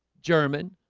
german